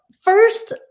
first